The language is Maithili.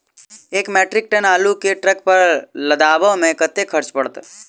एक मैट्रिक टन आलु केँ ट्रक पर लदाबै मे कतेक खर्च पड़त?